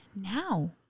now